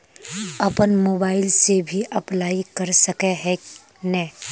अपन मोबाईल से भी अप्लाई कर सके है नय?